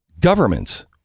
governments